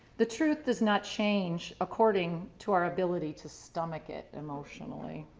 the truth is not changed according to our ability to stomach it emotionally.